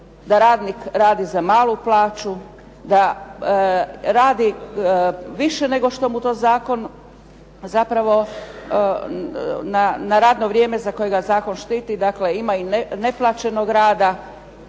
da radnik radi za malu plaću, da radi više nego što mu to zakon zapravo, na radno vrijeme za koje ga zakon štiti, dakle ima i neplaćenog rada,